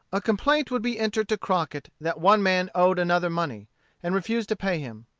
a complaint would be entered to crockett that one man owed another money and refused to pay him.